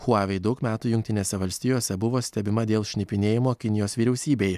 huawei daug metų jungtinėse valstijose buvo stebima dėl šnipinėjimo kinijos vyriausybei